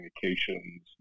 communications